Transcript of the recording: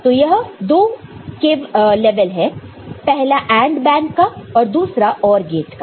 तो यह दो लेवल है पहला AND बैंक का और दूसरा OR गेट का